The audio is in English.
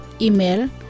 Email